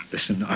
Listen